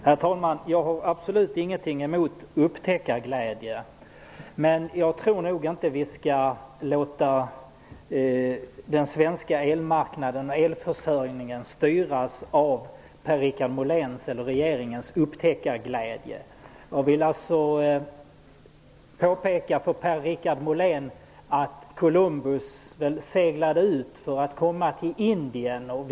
Herr talman! Jag har absolut ingenting emot upptäckarglädjen. Men jag tycker inte att vi skall låta den svenska elmarknaden och elförsörjningen styras av Per-Richard Moléns eller regeringens upptäckarglädje. Jag vill påpeka för Per-Richard Molén att Columbus seglade ut för att komma till Indien, inte Amerika.